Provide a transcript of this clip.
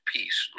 Peace